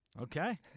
okay